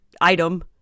item